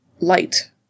light